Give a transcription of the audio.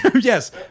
yes